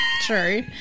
true